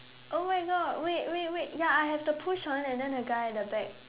oh my god wait wait wait ya I have to push one and then the guy at the back